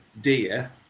deer